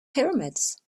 pyramids